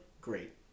great